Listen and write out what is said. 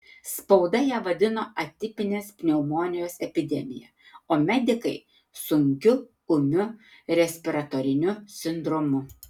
spauda ją vadino atipinės pneumonijos epidemija o medikai sunkiu ūmiu respiratoriniu sindromu